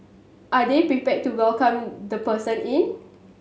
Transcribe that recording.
are they prepared to welcome the person in